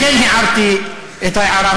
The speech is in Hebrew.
לכן הערתי את ההערה הזאת.